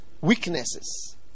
weaknesses